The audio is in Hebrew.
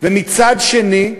ומצד שני,